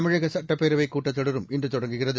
தமிழகசட்டப்பேரவைகூட்டத் தொடர் இன்றுதொடங்குகிறது